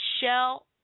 shell